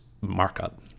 markup